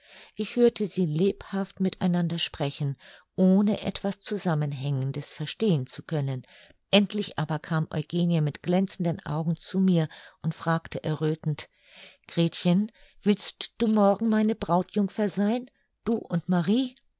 ich hörte sie lebhaft mit einander sprechen ohne etwas zusammenhängendes verstehen zu können endlich aber kam eugenie mit glänzenden augen zu mir und fragte erröthend gretchen willst du morgen meine brautjungfer sein du und marie